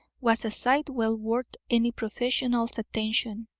was a sight well worth any professional's attention.